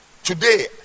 Today